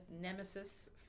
nemesis